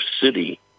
city